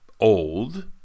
old